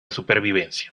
supervivencia